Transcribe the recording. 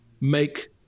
make